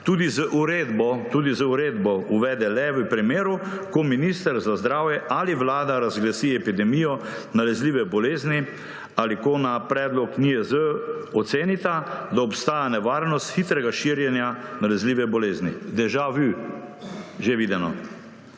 tudi z uredbo uvede le v primeru, ko minister za zdravje ali Vlada razglasi epidemijo nalezljive bolezni ali ko na predlog NIJZ ocenita, da obstaja nevarnost hitrega širjenja nalezljive bolezni. Deja vu, že videno.